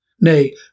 Nay